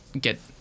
get